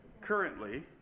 currently